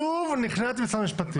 נשארנו עם שלוש הסתייגויות.